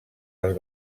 els